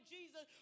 Jesus